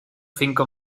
cinco